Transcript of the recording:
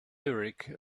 eric